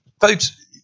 Folks